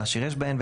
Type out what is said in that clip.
אשר יש בהן,